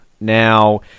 Now